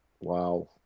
Wow